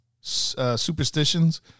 superstitions